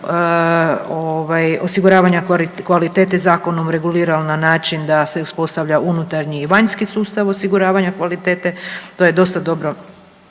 osiguravanja kvalitete zakonom reguliran na način da se uspostavlja unutarnji i vanjski sustav osiguravanja kvalitete. To je dosta dobro